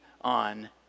on